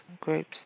groups